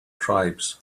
tribes